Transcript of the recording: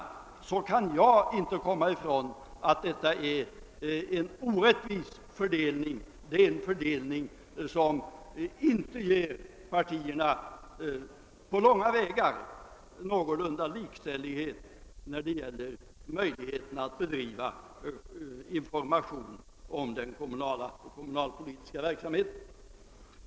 Jag kan inte komma ifrån att detta blir en orättvis fördelning, en fördelning som inte på långa vägar ger partierna likställighet när det gäller möjligheterna att bedriva information om den kommunala och kommunalpolitiska verksamheten.